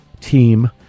Team